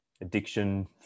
addiction